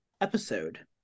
episode